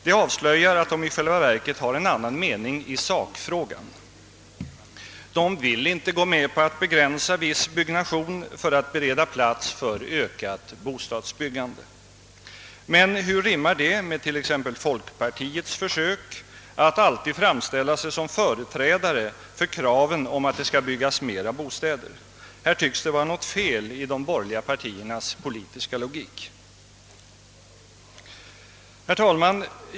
Det avslöjar att de i själva verket har en annan mening i sakfrågan. De vill inte gå med på att begränsa viss byggnation för att bereda plats för ökat bostadsbyggande. Men hur rimmar det med t.ex. folkpartiets försök att alltid framställa sig som företrädare för kraven om att det skall byggas mera bostäder? Här tycks det vara något fel i de borgerliga partiernas politiska logik. Herr talman!